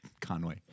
Conway